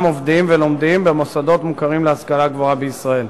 עובדים ולומדים במוסדות מוכרים להשכלה גבוהה בישראל.